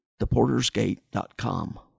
theportersgate.com